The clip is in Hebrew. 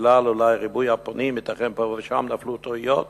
שאולי בגלל ריבוי הפונים ייתכן שפה ושם נפלו טעויות